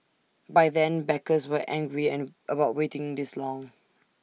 by then backers were angry and about waiting this long